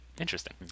Interesting